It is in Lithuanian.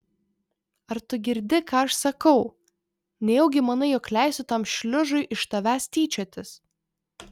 ar tu girdi ką aš sakau nejaugi manai jog leisiu tam šliužui iš tavęs tyčiotis